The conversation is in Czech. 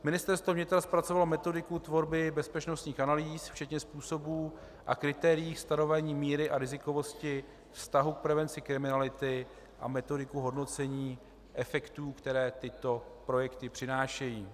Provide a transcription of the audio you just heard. Ministerstvo vnitra zpracovalo metodiku tvorby bezpečnostních analýz včetně způsobů a kritérií stanovení míry a rizikovosti vztahu k prevenci kriminality a metodiku hodnocení efektů, které tyto projekty přinášejí.